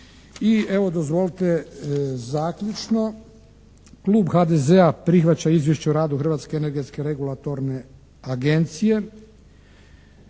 I evo dozvolite zaključno Klub HDZ-a prihvaća izvješće o radu Hrvatske energetske regulatorne agencije.